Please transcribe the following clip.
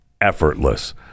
effortless